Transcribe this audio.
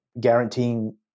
guaranteeing